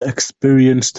experienced